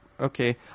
Okay